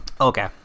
okay